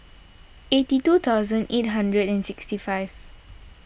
eighty two thousand eight hundred and sixty five